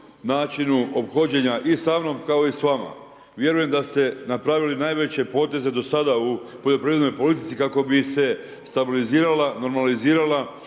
načinu ophođenja i sa mnom, kao i s vama. Vjerujem da ste napravili najveće poteze do sada u poljoprivrednoj politici, kako bi se stabilizirala, normalizirala